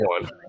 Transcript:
one